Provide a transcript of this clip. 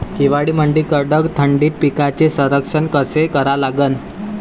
हिवाळ्यामंदी कडक थंडीत पिकाचे संरक्षण कसे करा लागन?